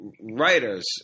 writers